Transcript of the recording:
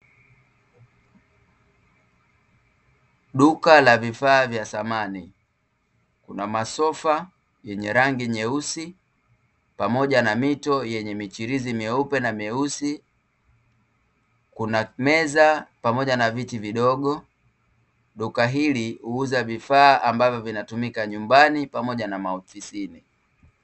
Duka la vifaa vya samani, kuna masofa yenye rangi nyeusi, pamoja na mito yenye michirizi meupe na meusi, kuna meza pamoja na viti vidogo. Duka hili huuza vifaa ambavyo vinatumika nyumbani pamoja na maofisini.